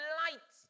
light